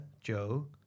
Joe